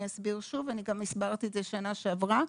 אני גם הסברתי את זה בשנה שעברה,